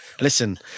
Listen